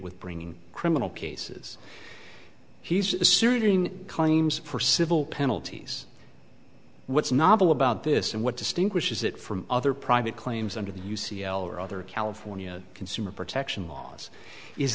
with bringing criminal cases he's a serious thing claims for civil penalties what's novel about this and what distinguishes it from other private claims under the u c l a or other california consumer protection laws is